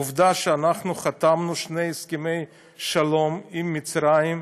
עובדה שאנחנו חתמנו שני הסכמי שלום עם מצרים,